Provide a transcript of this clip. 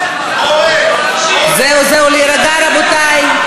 זהו, זהו, להירגע, רבותי.